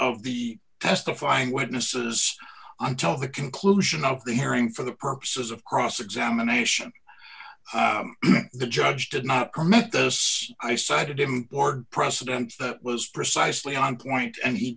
of the testifying witnesses until the conclusion of the hearing for the purposes of cross examination the judge did not commit this i cited him or precedence that was precisely on point and he